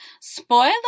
Spoiler